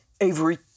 Avery